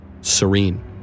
serene